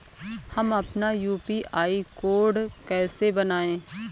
हम अपना UPI code कैसे बनाएँ?